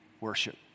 worship